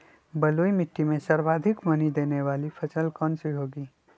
बलुई मिट्टी में सर्वाधिक मनी देने वाली फसल कौन सी होंगी?